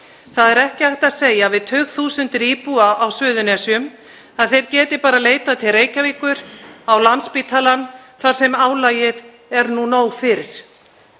Það er ekki hægt að segja við tugþúsundir íbúa á Suðurnesjum að þeir geti bara leitað til Reykjavíkur, á Landspítalann þar sem álagið er nú nóg fyrir.